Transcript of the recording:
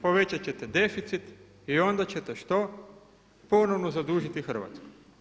Povećat ćete deficit i onda ćete što, ponovno zadužiti Hrvatsku.